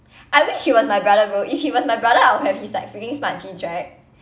I wish he was my brother bro if he was my brother I would have his like freaking smart genes right